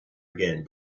again